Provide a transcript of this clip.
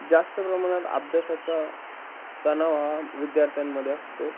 जास्त प्रमाणात अभ्यासाचा तणाव हा विद्यार्थ्यांमध्ये असतो